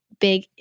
big